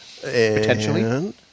potentially